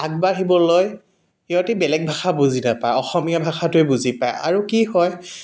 আগবাঢ়িবলৈ সিহঁতি বেলেগ ভাষা বুজি নাপায় অসমীয়া ভাষাটোৱে বুজি পায় আৰু কি হয়